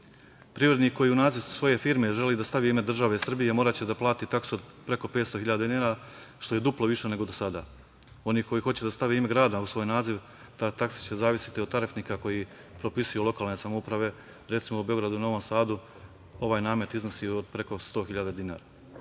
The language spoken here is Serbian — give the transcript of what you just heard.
koji u naziv svoje firme želi da stavi ime države Srbije moraće da plati taksu od preko 500.000 dinara, što je duplo više nego do sada. Oni koji hoće da stave ime grada u svoj naziv ta taksa će zavisiti od tarifnika koji propisuju lokalne samouprave, recimo, u Beogradu, Novom Sadu ovaj namet iznosi preko 100.000 dinara.U